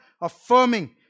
affirming